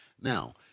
now